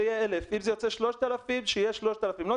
שיהיה 1,000. אם זה יוצא 3,000,